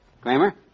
Kramer